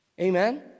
Amen